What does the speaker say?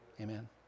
Amen